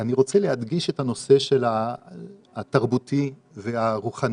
אני רוצה להדגיש את הנושא התרבותי והרוחני,